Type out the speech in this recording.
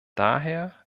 daher